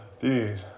Dude